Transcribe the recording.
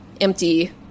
empty